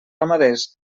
ramaders